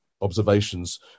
observations